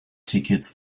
tickets